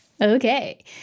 Okay